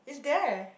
it's there